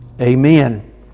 amen